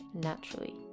naturally